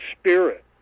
Spirit